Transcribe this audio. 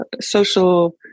social